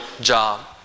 job